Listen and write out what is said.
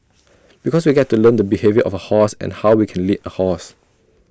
because we get to learn the behaviour of A horse and how we can lead A horse